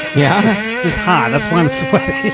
yeah? just hot. that's why i'm sweating.